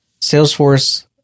Salesforce